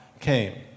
came